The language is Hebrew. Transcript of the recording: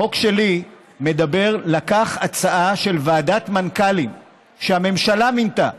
החוק שלי לקח הצעה של ועדת מנכ"לים שהממשלה מינתה,